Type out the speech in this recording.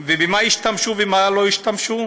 במה ישתמשו ובמה לא ישתמשו?